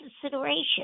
consideration